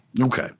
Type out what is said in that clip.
Okay